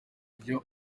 uburyo